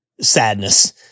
Sadness